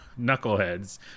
knuckleheads